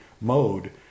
mode